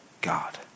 God